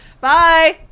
Bye